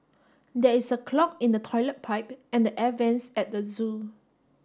there is a clog in the toilet pipe and the air vents at the zoo